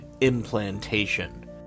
implantation